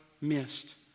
missed